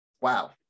wow